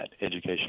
education